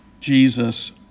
Jesus